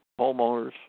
Homeowners